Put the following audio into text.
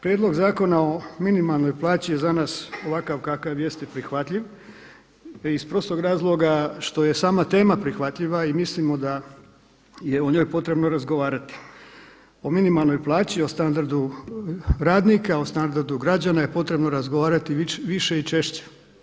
Prijedlog zakona o minimalnoj plaći je za nas ovakav kakav jeste prihvatljiv iz prostor razloga što je sama tema prihvatljiva i mislimo da je o njoj potrebno razgovarati, o minimalnoj plaći, o standardu radnika, o standardu građana je potrebno razgovarati više i češće.